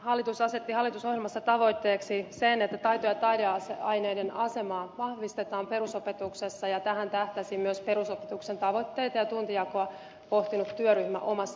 hallitus asetti hallitusohjelmassa tavoitteeksi sen että taito ja taideaineiden asemaa vahvistetaan perusopetuksessa ja tähän tähtäsi myös perusopetuksen tavoitteita ja tuntijakoa pohtinut työryhmä omassa työssään